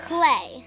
Clay